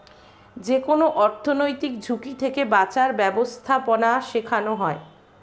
যেকোনো অর্থনৈতিক ঝুঁকি থেকে বাঁচার ব্যাবস্থাপনা শেখানো হয়